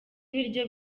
ibiryo